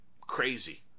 crazy